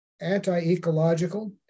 anti-ecological